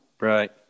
right